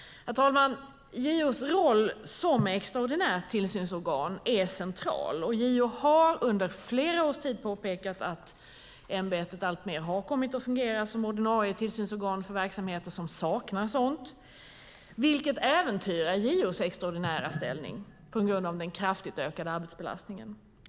Herr talman! JO:s roll som extraordinärt tillsynsorgan är central. JO har under flera års tid påpekat att ämbetet alltmer har kommit att fungera som ordinarie tillsynsorgan för verksamheter som saknar sådant, vilket äventyrar JO:s extraordinära ställning på grund av den kraftigt ökade arbetsbelastningen.